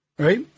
right